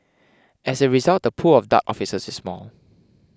as a result the pool of Dart officers is small